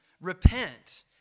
Repent